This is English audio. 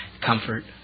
comfort